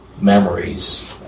memories